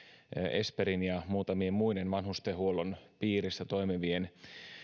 esperin ja muutamien muiden vanhustenhuollon piirissä toimivien